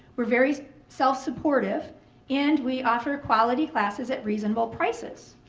we're very self supportive and we offer quality classes at reasonable prices.